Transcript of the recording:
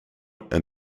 and